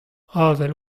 avel